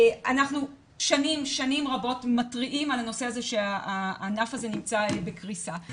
אנחנו שנים רבות מתריעים על הנושא שהענף הזה נמצא בקריסה.